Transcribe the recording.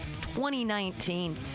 2019